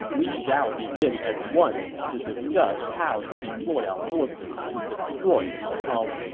we shall begin at once to discuss how to deploy our forces to destroy cao cao!